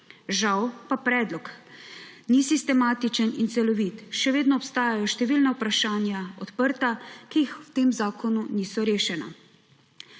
Žal pa predlog ni sistematičen in celovit. Še vedno obstajajo številna vprašanja odprta, ki v tem zakonu niso rešena.